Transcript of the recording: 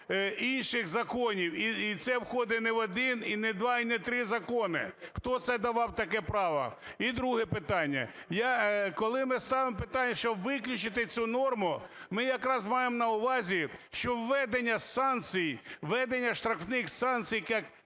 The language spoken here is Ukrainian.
інших законів і це входить не в один, і не два, і не три закони. Хто це давав таке право? І друге питання. Я… Коли ми ставимо питання, щоб виключити цю норму, ми якраз маємо на увазі, що введення санкцій, введення штрафних санкцій